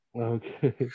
okay